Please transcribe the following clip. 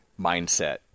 mindset